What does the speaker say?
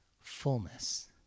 fullness